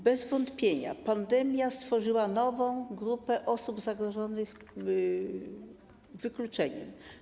Bez wątpienia pandemia stworzyła nową grupę osób zagrożonych wykluczeniem.